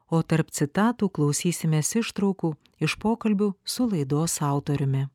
o tarp citatų klausysimės ištraukų iš pokalbių su laidos autoriumi